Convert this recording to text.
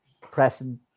pressing